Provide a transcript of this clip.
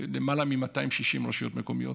למעלה מ-260 רשויות מקומיות,